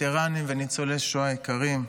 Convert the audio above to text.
וטרנים וניצולי שואה יקרים,